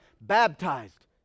baptized